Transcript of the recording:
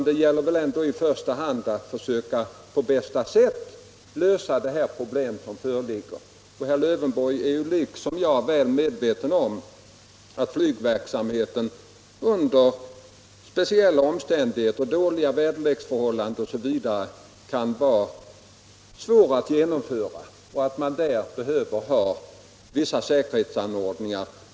Det gäller väl ändå i första hand att på bästa sätt försöka lösa det problem som föreligger. Herr Lövenborg är ju liksom jag väl medveten om att flygverksamheten under speciella omständigheter — dåliga väderleksförhållanden — kan vara svår att genomföra och att man behöver ha vissa säkerhetsanordningar.